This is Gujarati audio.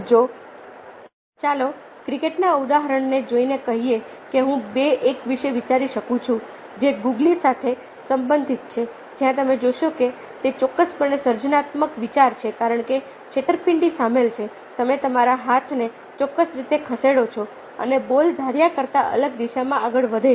જો ચાલો ક્રિકેટના ઉદાહરણને જોઈને કહીએ કે હું 2 1 વિશે વિચારી શકું છું જે ગુગલી સાથે સંબંધિત છે જ્યાં તમે જોશો કે તે ચોક્કસપણે સર્જનાત્મક વિચાર છે કારણ કે છેતરપિંડી સામેલ છે તમે તમારા હાથને ચોક્કસ રીતે ખસેડો છો અને બોલ ધાર્યા કરતા અલગ દિશામાં આગળ વધે છે